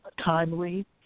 timely